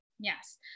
yes